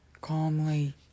calmly